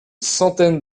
centaine